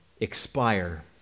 expire